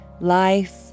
life